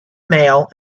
male